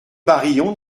barillon